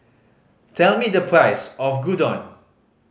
tell me the price of Gyudon